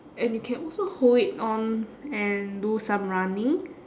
and you can also hold it on and do some running